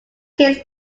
case